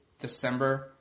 December